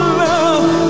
love